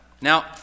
Now